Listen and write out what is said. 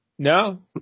No